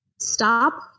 stop